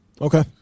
Okay